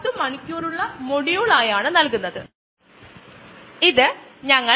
എന്നിരുന്നാലും വിവിധ മെറ്റീരിയലുകളിലൂടെ കടന്നുപോകുമ്പോൾ അനുബന്ധ അധ്യായങ്ങളും ഞാൻ നിങ്ങൾക്ക് നൽകും